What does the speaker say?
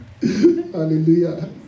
Hallelujah